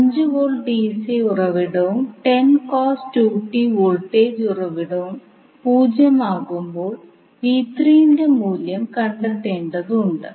5 V dc ഉറവിടവും voltage ഉറവിടവും പൂജ്യമാകുമ്പോൾ ന്റെ മൂല്യം കണ്ടെത്തേണ്ടതുണ്ട്